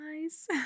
nice